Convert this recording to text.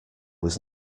was